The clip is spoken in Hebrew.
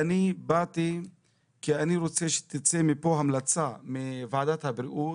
באתי כי אני רוצה שתצא מפה המלצה למשרד